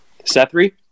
Sethry